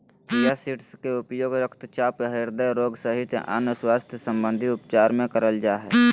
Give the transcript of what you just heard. chia seeds के उपयोग रक्तचाप, हृदय रोग सहित अन्य स्वास्थ्य संबंधित उपचार मे करल जा हय